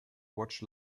watch